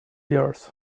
yours